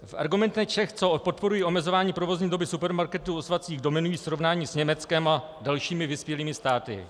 V argumentech těch, co podporují omezování provozní doby supermarketů o svátcích, dominují srovnání s Německem a dalšími vyspělými státy.